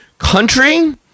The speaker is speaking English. Country